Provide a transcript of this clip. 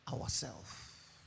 Ourself